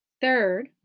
Third